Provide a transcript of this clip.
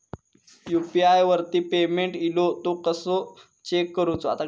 UPI वरती payment इलो तो कसो चेक करुचो?